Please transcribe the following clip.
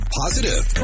positive